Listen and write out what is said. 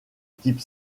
type